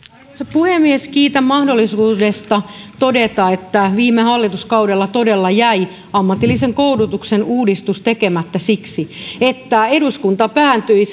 puhemies kiitän mahdollisuudesta todeta että viime hallituskaudella todella jäi ammatillisen koulutuksen uudistus tekemättä siksi että eduskunta päätyi